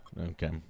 Okay